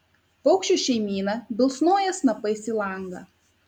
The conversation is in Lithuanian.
paukščių šeimyna bilsnoja snapais į langą